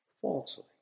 falsely